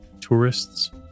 tourists